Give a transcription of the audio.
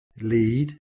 lead